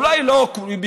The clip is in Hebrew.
אולי לא מכולם,